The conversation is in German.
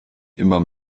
immer